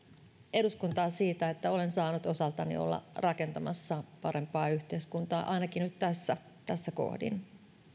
eduskuntaa siitä että olen saanut osaltani olla rakentamassa parempaa yhteiskuntaa ainakin nyt tässä tässä kohdin